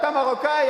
אתה מרוקאי,